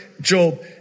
Job